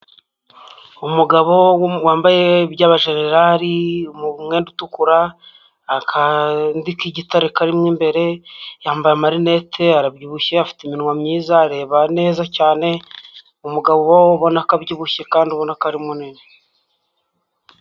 Umugabo wambaye iby'abajenerari umwenda utukura, akandi k'igitare karimo imbere, yambaye amarinete arabyibushye afite iminwa myiza areba neza cyane, umugabo ubona ko abyibushye kandi ubona ko ari munini.